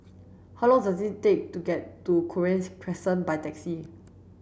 how long does it take to get to Cochrane Crescent by taxi